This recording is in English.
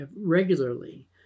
regularly